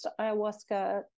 ayahuasca